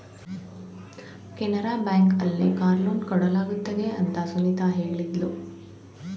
Canara bank ಅಲ್ಲಿ car loan ಕೊಡಲಾಗುತ್ತದೆ ಅಂತ ಸುನಿತಾ ಹೇಳಿದ್ಲು